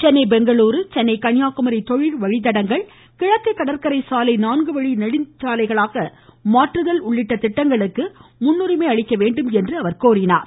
சென்னை பெங்களூரு சென்னை கன்னியாகுமரி தொழில் வழித்தடங்கள் கிழக்கு கடற்கரை சாலை நான்குவழி நெடுஞ்சாலைகளாக மாற்றுதல் உள்ளிட்டத் திட்டங்களுக்கு முன்னுரிமை அளிக்க வேண்டுமென்றும் அவர் கூறினார்